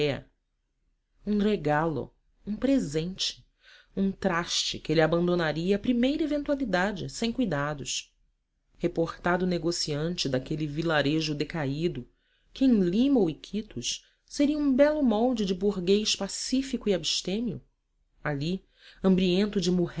regalo um presente um traste que ele abandonaria à primeira eventualidade sem cuidados reportado negociante daquele vilarejo decaído que em lima ou iquitos seria um belo molde de burguês pacífico e abstêmio ali hambriento de